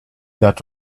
that